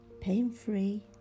pain-free